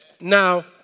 Now